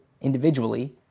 individually